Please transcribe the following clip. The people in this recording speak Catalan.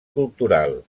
cultural